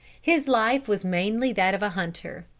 his life was mainly that of a hunter.